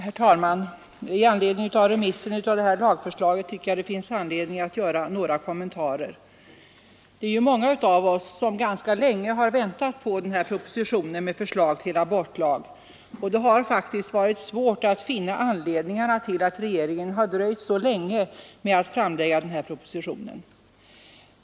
Herr talman! I anledning av remissen av detta lagförslag tycker jag det 21 mars 1974 finns anledning att göra några kommentarer. Många av oss har ganska länge väntat på propositionen med förslag till abortlag. Det har faktiskt varit svårt att finna anledningarna till att regeringen har dröjt så länge med att framlägga propositionen.